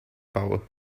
power